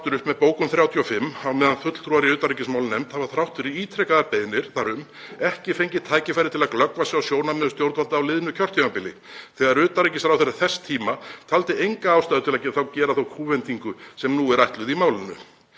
svo aftur upp með bókun 35 á meðan fulltrúar í utanríkismálanefnd hafa, þrátt fyrir ítrekaðar beiðnir þar um, ekki fengið tækifæri til að glöggva sig á sjónarmiðum stjórnvalda á liðnu kjörtímabili þegar utanríkisráðherra þess tíma taldi enga ástæðu til að gera þá kúvendingu sem nú er ætluð í málinu.